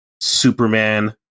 Superman